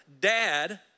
dad